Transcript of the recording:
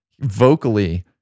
vocally